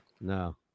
No